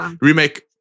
remake